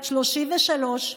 בת 33,